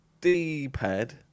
D-pad